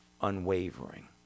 unwavering